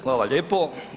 Hvala lijepo.